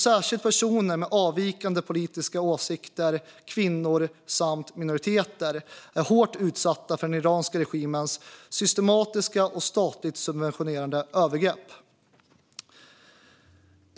Särskilt personer med avvikande politiska åsikter, kvinnor samt minoriteter är hårt utsatta för den iranska regimens systematiska och statligt subventionerade övergrepp.